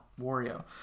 Wario